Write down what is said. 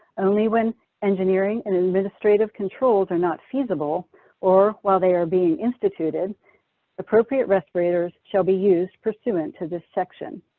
only when engineering and administrative controls are not feasible or while they are being instituted, the appropriate respirators shall be used pursuant to this section.